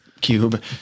cube